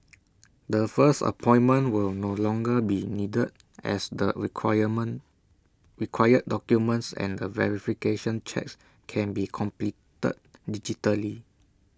the first appointment will no longer be needed as the requirement required documents and verification checks can be completed digitally